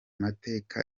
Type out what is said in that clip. mateka